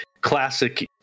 classic